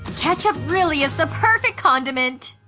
ketchup really is the perfect condiment.